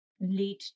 lead